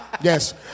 Yes